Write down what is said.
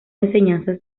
enseñanzas